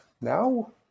now